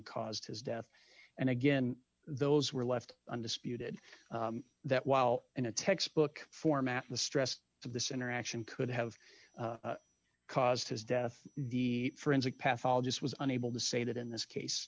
caused his death and again those were left undisputed that while in a textbook format the stress of this interaction could have caused his death the forensic pathologist was unable to say that in this case